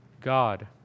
God